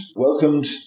welcomed